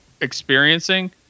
experiencing